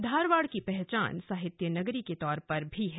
धारवाड़ की पहचान साहित्य नगरी के तौर पर भी है